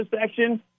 section